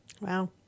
Wow